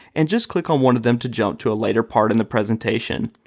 and just click on one of them to jump to a later part in the presentation.